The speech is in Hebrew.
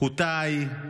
אוטאי,